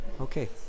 Okay